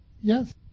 Yes